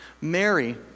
Mary